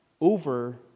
over